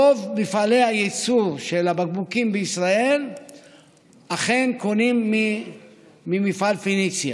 רוב מפעלי הייצור של הבקבוקים בישראל אכן קונים ממפעל פניציה.